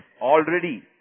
already